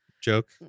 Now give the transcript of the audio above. joke